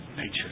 nature